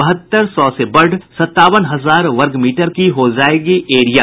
बहत्तर सौ से बढ़ सत्तावन हजार वर्गमीटर हो जायेगी एरिया